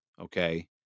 okay